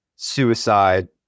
suicide